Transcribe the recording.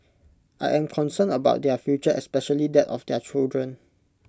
I am concerned about their future especially that of their children